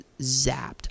zapped